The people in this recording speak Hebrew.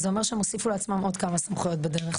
זה אומר שהם הוסיפו לעצמם עוד כמה סמכויות בדרך,